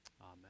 Amen